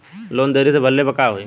Loan देरी से भरले पर का होई?